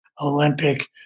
Olympic